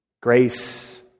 Grace